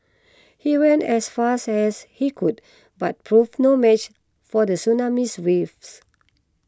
he ran as fast as he could but proved no match for the tsunamis waves